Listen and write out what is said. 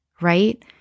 Right